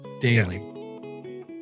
daily